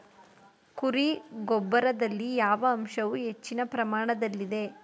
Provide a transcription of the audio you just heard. ಕುರಿ ಗೊಬ್ಬರದಲ್ಲಿ ಯಾವ ಅಂಶವು ಹೆಚ್ಚಿನ ಪ್ರಮಾಣದಲ್ಲಿದೆ?